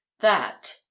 That